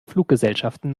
fluggesellschaften